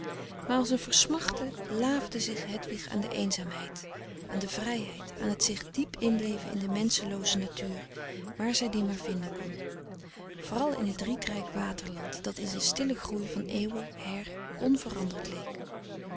maar als een versmachte laafde zich hedwig aan de eenzaamheid aan de vrijheid aan het zich diep inleven in de menschen looze natuur waar zij die maar vinden kon vooral in het rietrijk waterland dat in zijn stillen groei van eeuwen her onveranderd leek